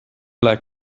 like